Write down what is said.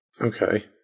Okay